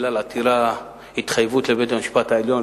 בגלל התחייבות לבית-המשפט העליון,